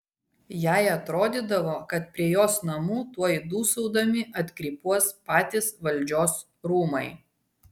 jai atrodydavo kad prie jos namų tuoj dūsaudami atkrypuos patys valdžios rūmai